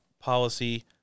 policy